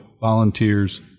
volunteers